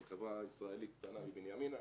עם חברה ישראלית קטנה מבנימינה.